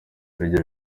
ivyo